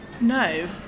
no